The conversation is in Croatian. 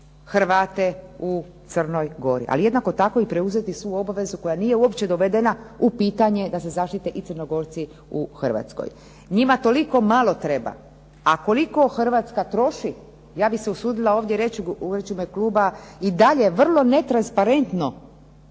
Hrvate u Crnoj Gori. Ali jednako tako preuzeti i svu obavezu koja nije uopće dovedena u pitanje da se zaštite i Crnogorci u Hrvatskoj. Njima toliko manje treba, a koliko Hrvatska troši, ja bih se usudila reći ovdje u ime kluba i dalje vrlo netransparentno